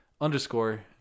underscore